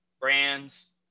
brands